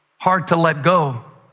hard to let go